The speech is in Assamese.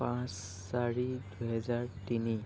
পাঁচ চাৰি দুহেজাৰ তিনি